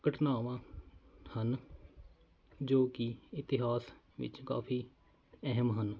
ਘਟਨਾਵਾਂ ਹਨ ਜੋ ਕਿ ਇਤਿਹਾਸ ਵਿੱਚ ਕਾਫੀ ਅਹਿਮ ਹਨ